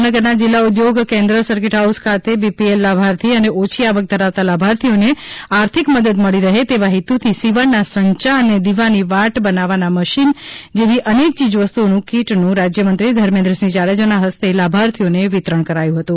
જામનગરના જિલ્લા ઉધ્યોગ કેન્દ્ર આજે સર્કિટ હાઉસ ખાતે બીપીએલ લાભાર્થી અને ઓછી આવક ધરાવતા લાભાર્થીઓને આર્થિક મદદ મળી રહે તેવા હેતુથી સીવણના સંચા અને દિવાની વા ટ બનાવવાના મશીન જેવી અનેક ચીજવસ્તુઓની કીટનું રાજ્યમંત્રી ધર્મેન્દ્રસિંહ જાડેજાના હસ્તે લાભાર્થીઓને વિતરણ કરાયું હતું